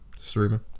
streaming